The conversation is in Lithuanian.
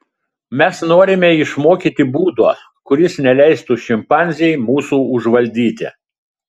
mes norime išmokyti būdo kuris neleistų šimpanzei mūsų užvaldyti